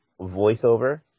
voiceover